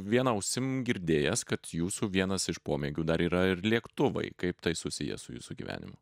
viena ausim girdėjęs kad jūsų vienas iš pomėgių dar yra ir lėktuvai kaip tai susiję su jūsų gyvenimu